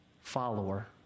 follower